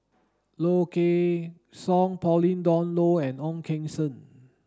Low Kway Song Pauline Dawn Loh and Ong Keng Sen